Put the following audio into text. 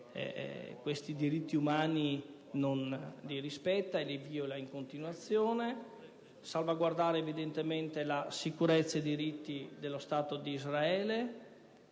questi diritti umani non li rispetta e li viola in continuazione; salvaguardare evidentemente la sicurezza e i diritti dello Stato di Israele,